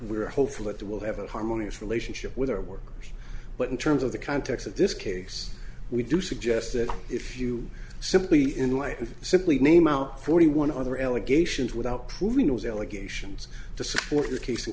it will have a harmonious relationship with our work but in terms of the context of this case we do suggest that if you simply enlighten simply name out forty one other allegations without proving those allegations to support your case